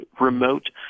remote